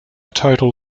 total